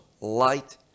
light